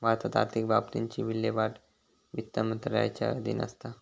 भारतात आर्थिक बाबतींची विल्हेवाट वित्त मंत्रालयाच्या अधीन असता